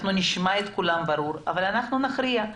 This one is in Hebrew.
אנחנו נשמע את כולנו, אבל אנחנו נכריע.